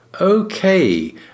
Okay